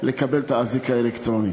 לקבל את האזיק האלקטרוני.